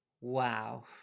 wow